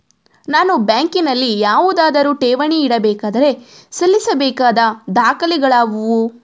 ನಾನು ಬ್ಯಾಂಕಿನಲ್ಲಿ ಯಾವುದಾದರು ಠೇವಣಿ ಇಡಬೇಕಾದರೆ ಸಲ್ಲಿಸಬೇಕಾದ ದಾಖಲೆಗಳಾವವು?